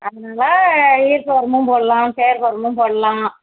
அதனால் இயற்கை உரமும் போடலாம் செயற்கை உரமும் போடலாம்